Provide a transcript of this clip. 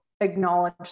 acknowledge